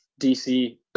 DC